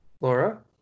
Laura